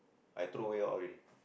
I throw away all already